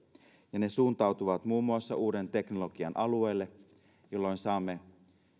ja ne suuntautuvat muun muassa uuden teknologian alueelle jolloin saamme